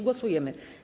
Głosujemy.